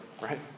right